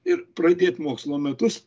ir pradėt mokslo metus